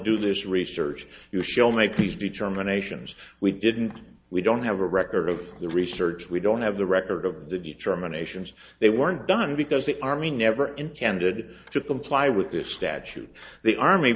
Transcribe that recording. do this research you shall make peace be chairman asians we didn't we don't have a record of the research we don't have the record of the determinations they weren't done because the army never intended to comply with this statute the army